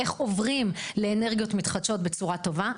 איך עוברים לאנרגיות מתחדשות בצורה טובה.